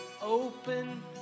open